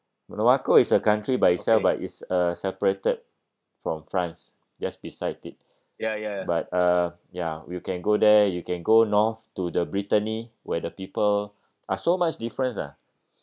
monaco is a country by itself but it's uh separated from france just beside it but uh ya you can go there you can go north to the brittany where the people are so much difference ah